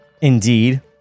Indeed